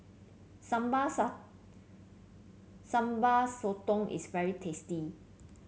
sambal Sambal Sotong is very tasty